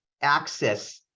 access